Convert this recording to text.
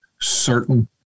certain